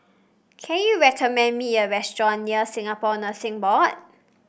can you recommend me a restaurant near Singapore Nursing Board